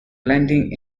lending